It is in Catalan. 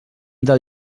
del